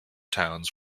towns